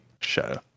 show